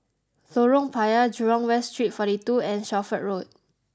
Lorong Payah Jurong West Street forty two and Shelford Road